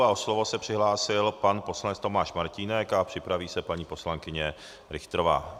O slovo se přihlásil pan poslanec Tomáš Martínek a připraví se paní poslankyně Richterová.